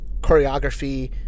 choreography